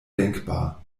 denkbar